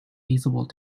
feasible